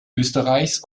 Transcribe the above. österreichs